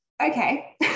Okay